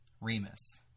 Remus